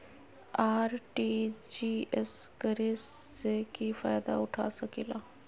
RTGS करे से की फायदा उठा सकीला?